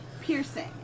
piercing